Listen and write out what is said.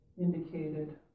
indicated